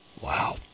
Wow